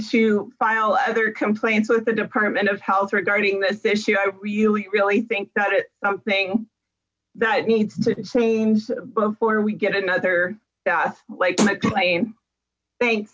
to file other complaints with the department of health regarding this issue i really really think that it's something that needs to change before we get another that's like my plane thanks